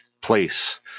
place